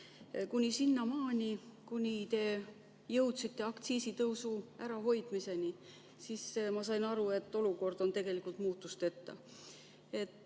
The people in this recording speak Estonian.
Kuni sinnamaani, kui te jõudsite aktsiisitõusu ärahoidmiseni. Siis ma sain aru, et olukord on tegelikult muutusteta.